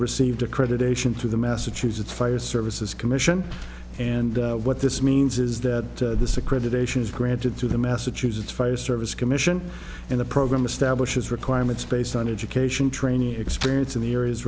received accreditation through the massachusetts fire services commission and what this means is that this accreditations granted to the massachusetts fire service commission and the program establishes requirements based on education trainee experience in the areas